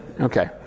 Okay